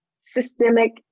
systemic